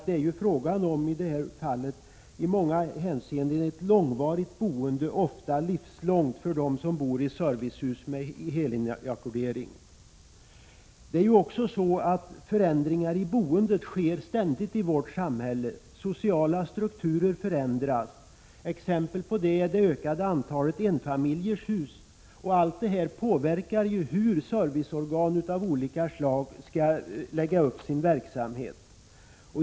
Det är i det här fallet fråga om ett långvarigt boende, ofta livslångt. för dem som bor i servicehus med helinackordering. Förändringar i boendet sker ständigt i vårt samhälle. Sociala strukturer förändras. Exempel på det är det ökade antalet enfamiljshus. Allt detta påverkar hur serviceorgan av olika slag lägger upp sin verksamhet.